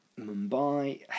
Mumbai